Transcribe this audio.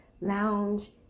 lounge